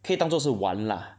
可以当作是玩 lah